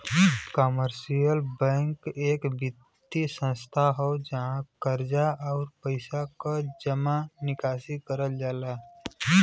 commercial bank एक वित्तीय संस्थान हौ जहाँ कर्जा, आउर पइसा क जमा निकासी करल जाला